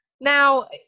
Now